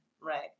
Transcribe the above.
Right